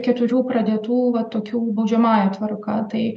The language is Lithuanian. keturių pradėtų va tokių baudžiamąja tvarka tai